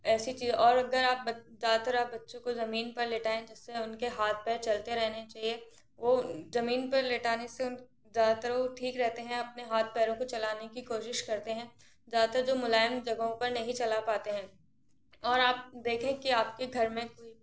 ऐसी चीज और अगर आप ज़्यादातर आप बच्चों को जमीन पर लेटाएं जिससे उनके हाथ पैर चलते रहने चाहिए वो जमीन पर लिटाने से उन ज़्यादातर ओ ठीक रहते हैं अपने हाथ पैरों को चलाने कि कोशिश करते हैं ज़्यादातर जो मुलायम जगहों पर नहीं चला पाते हैं और आप देखें कि आपके घर में कोई